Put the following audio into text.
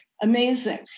Amazing